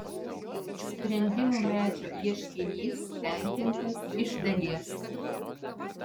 sprendimų medžio ieškinys tenkintas iš dalies